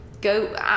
go